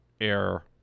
air